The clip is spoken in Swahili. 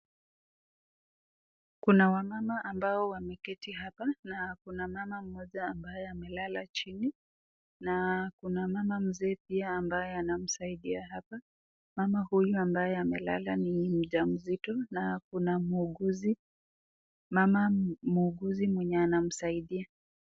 Kuna wamama ambao wameketi hapa na kuna mama mmoja ambaye amelala chini na kuna mama mzee pia ambaye anamsaidia hapa. Mama huyu ambaye amelala ni mjamzito na kuna muuguzi, mama muuguzi mwenye anamsaidia.